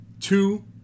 two